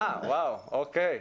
אוקיי.